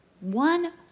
one